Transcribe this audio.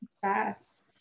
fast